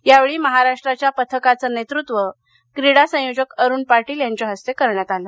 यावेळी महाराष्ट्राच्या पथकाचं नेतृत्व क्रीडा संयोजक अरुण पाटील यांच्या हस्ते करण्यात आलं